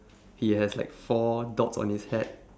he has like four dots on his hat